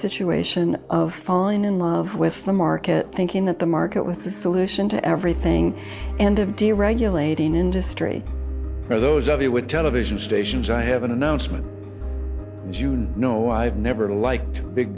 situation of falling in love with the market thinking that the market was the solution to everything and of deregulating industry for those of you with television stations i have an announcement june no i've never liked big